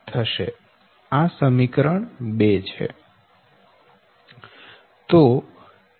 આ સમીકરણ 2 છે